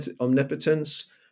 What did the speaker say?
omnipotence